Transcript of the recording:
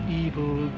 evil